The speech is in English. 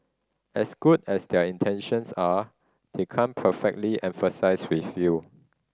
as good as their intentions are they can't perfectly empathise with you